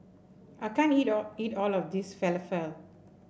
I can't eat all eat all of this Falafel